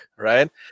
Right